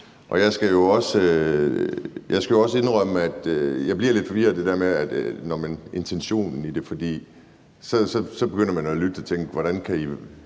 jeg bliver lidt forvirret af det der med intentionen i det, for så begynder man at lytte og tænke: Hvordan kan I